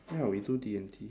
ya we do D and T